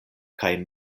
kaj